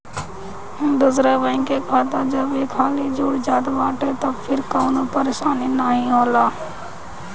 दूसरा बैंक के खाता जब एक हाली जुड़ जात बाटे तअ फिर कवनो परेशानी नाइ होला